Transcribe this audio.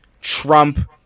trump